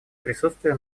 присутствие